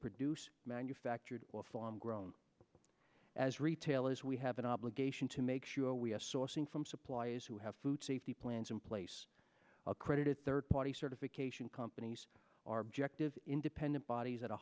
produce manufactured or farm grown as retailers we have an obligation to make sure we are sourcing from suppliers who have food safety plans in place accredited third party certification companies are objective independent bodies at a